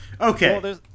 okay